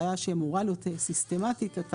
בעיה שאמורה להיות סיסטמתית.